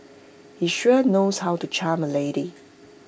he sure knows how to charm A lady